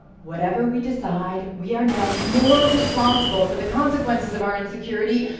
whatever we decide, we are now more responsible for the consequences of our insecurity,